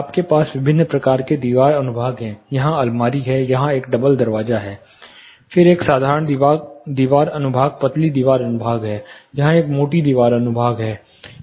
आपके पास विभिन्न प्रकार के दीवार अनुभाग हैं यहां अलमारी है यहां एक डबल दरवाजा है फिर एक साधारण दीवार अनुभाग पतली दीवार अनुभाग है यहां एक मोटी दीवार अनुभाग है